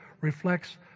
reflects